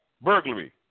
burglary